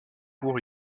court